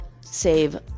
save